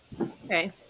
Okay